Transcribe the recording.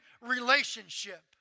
relationship